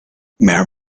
mere